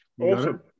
Awesome